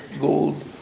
gold